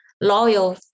loyal